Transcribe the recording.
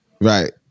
Right